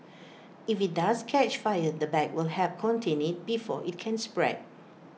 if IT does catch fire the bag will help contain IT before IT can spread